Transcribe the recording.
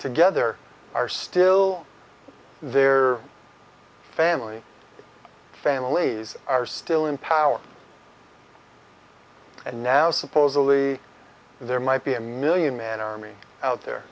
together are still there family families are still in power and now supposedly there might be a million man army out there